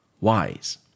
wise